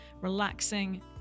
relaxing